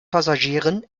passagieren